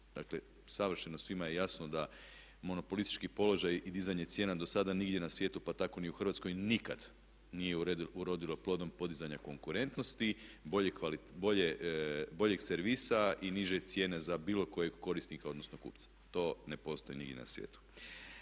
Dakle savršeno svima je jasno da monopolitistički položaj i dizanje cijena do sada nigdje na svijetu pa tako ni u Hrvatskoj nikad nije urodilo plodom podizanja konkurentnosti, boljih servisa i niže cijene za bilo kojeg korisnika, odnosno kupca. To ne postoji nigdje na svijetu.